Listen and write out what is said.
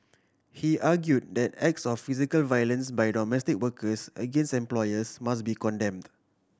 he argue that acts of physical violence by domestic workers against employers must be condemned